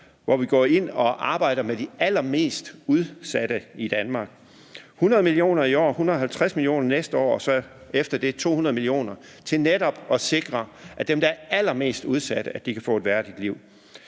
hvor vi går ind og arbejder med de allermest udsatte i Danmark. Det er 100 mio. kr. i år, 150 mio. kr. næste år, og så efter det er det 200 mio. kr. Det er netop til at sikre, at dem, der er allermest udsat, kan få et liv.